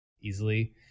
easily